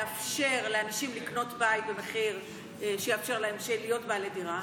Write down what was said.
לאפשר לאנשים לקנות בית במחיר שיאפשר להם להיות בעלי דירה,